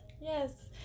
Yes